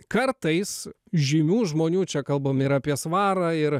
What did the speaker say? kartais žymių žmonių čia kalbam ir apie svarą ir